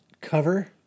cover